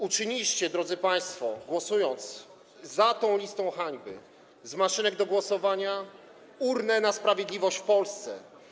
Uczyniliście, drodzy państwo, głosując za tą listą hańby, z maszynek do głosowania urnę na sprawiedliwość w Polsce.